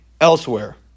elsewhere